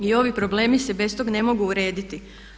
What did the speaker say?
I ovi problemi se bez toga ne smiju urediti.